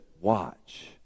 watch